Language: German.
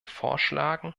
vorschlagen